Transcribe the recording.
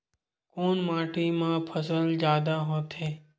कोन माटी मा फसल जादा होथे?